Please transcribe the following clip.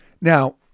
Now